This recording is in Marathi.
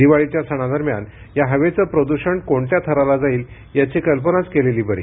दिवाळीच्या सणादरम्यान या हवेचं प्रदूषण कोणत्या थराला जाईल त्याची कल्पनाच केलेली बरी